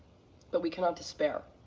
but we cannot despire.